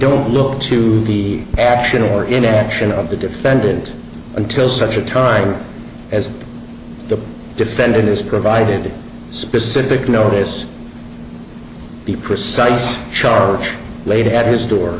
don't look to the action or inaction of the defendant until such time as the defendant is provided the specific notice the precise charge laid at his door